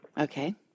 Okay